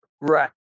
Right